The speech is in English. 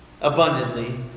abundantly